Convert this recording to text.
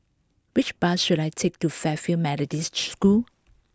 which bus should I take to Fairfield Methodist School